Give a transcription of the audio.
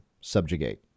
subjugate